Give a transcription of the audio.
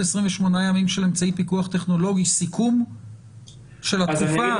28 ימים של אמצעי פיקוח טכנולוגי סיכום של התקופה?